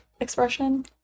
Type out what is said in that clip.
expression